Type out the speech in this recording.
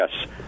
Yes